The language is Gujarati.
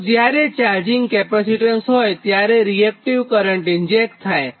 તો જ્યારે ચાર્જિંગ કેપેસિટન્સ હોયત્યારે રીએક્ટીવ કરંટ ઇન્જેક્ટ થાય છે